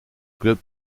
club